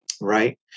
right